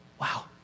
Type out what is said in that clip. Wow